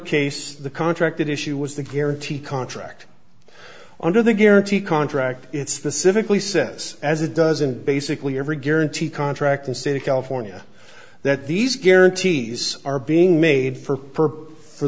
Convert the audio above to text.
case the contract issue was the guarantee contract under the guarantee contract it specifically says as it doesn't basically every guarantee contract in state of california that these guarantees are being made for per for